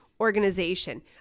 organization